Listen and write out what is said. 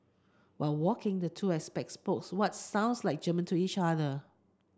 while walking the two expats spokes what sounds like German to each other